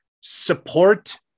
support